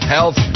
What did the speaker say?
Health